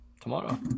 tomorrow